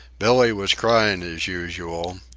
billee was crying as usual.